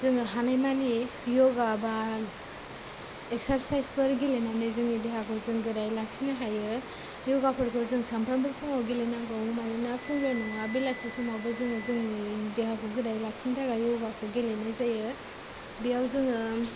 जोङो हानायमानि य'गा बा एक्सारसाइसफोर गेलेनानै जोंनि देहाखौ जों गोरायै लाखिनो हायो य'गाफोरखौ जों सानफ्रोमबो फुङाव गेलेनांगौ मानोना फुंल' नङा बेलासे समावबो जोङो जोंनि देहाखौ गोरायै लाखिनो थाखाय य'गाखौ गेलेनाय जायो बेयाव जोङो